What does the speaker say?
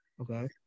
Okay